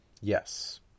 Yes